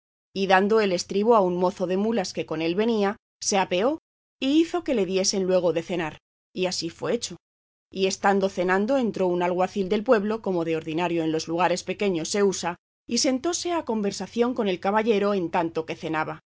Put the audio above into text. y dando el estribo a un mozo de mulas que con él venía se apeó y hizo que le diesen luego de cenar y así fue hecho y estando cenando entró un alguacil del pueblo como de ordinario en los lugares pequeños se usa y sentóse a conversación con el caballero en tanto que cenaba